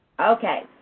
Okay